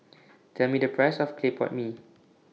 Tell Me The Price of Clay Pot Mee